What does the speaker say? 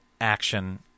action